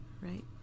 right